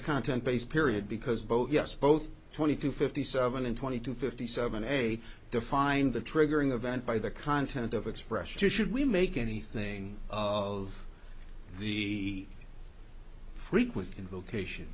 content based period because both yes both twenty to fifty seven and twenty two fifty seven eight define the triggering event by the content of expression should we make anything of the frequent invocation